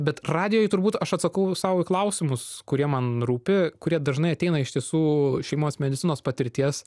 bet pradžioje turbūt aš atsakau sau į klausimus kurie man rūpi kurie dažnai ateina ištisų šeimos medicinos patirties